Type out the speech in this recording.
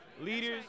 Leaders